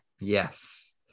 yes